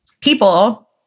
people